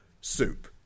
Soup